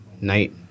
Night